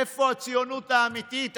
איפה הציונות האמיתית?